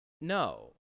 no